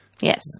Yes